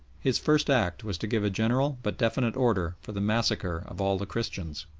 his first act was to give a general but definite order for the massacre of all the christians.